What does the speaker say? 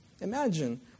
Imagine